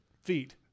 feet